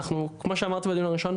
כמו שאמרתי בדיון הראשון,